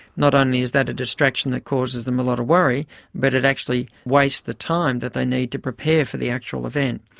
not only is that a distraction that causes them a lot of worry but it actually wastes the time that they need to prepare for the actual event.